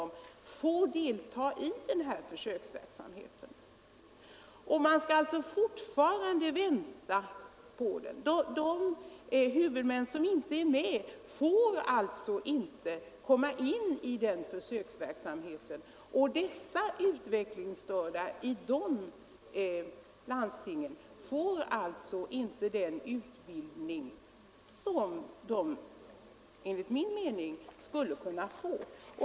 Man skall fortfarande vänta på resultatet av denna försöksverksamhet. Under tiden får de utvecklingsstörda i de övriga landstingen inte den utbildning som de enligt min mening borde kunna få.